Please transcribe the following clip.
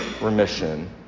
remission